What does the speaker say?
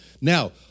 Now